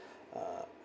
uh